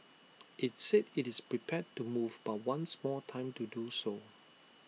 IT said IT is prepared to move but wants more time to do so